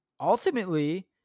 ultimately